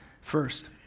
first